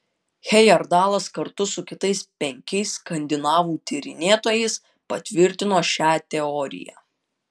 hejerdalas kartu su kitais penkiais skandinavų tyrinėtojais patvirtino šią teoriją